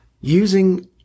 Using